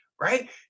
right